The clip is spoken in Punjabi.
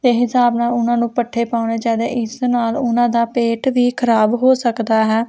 ਇਹ ਹਿਸਾਬ ਨਾਲ ਉਹਨਾਂ ਨੂੰ ਪੱਠੇ ਪਾਉਣੇ ਚਾਹੀਦੇ ਇਸ ਨਾਲ ਉਹਨਾਂ ਦਾ ਪੇਟ ਦੀ ਖ਼ਰਾਬ ਹੋ ਸਕਦਾ ਹੈ